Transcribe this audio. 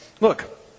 look